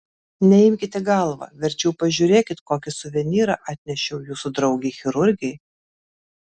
neimkit į galvą verčiau pažiūrėkit kokį suvenyrą atnešiau jūsų draugei chirurgei